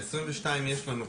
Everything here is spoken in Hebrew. ל-2022 יש לנו כסף.